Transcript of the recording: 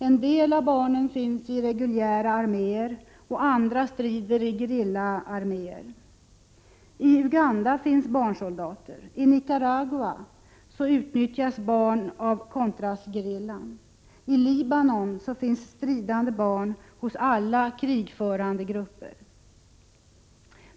En del av barnen finns i reguljära arméer, andra strider i gerillaarméer. I Uganda finns barnsoldater, i Nicaragua utnyttjas barn i contrasgerillan och i Libanon finns stridande barn hos alla krigförande grupper.